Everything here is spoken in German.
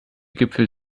gipfel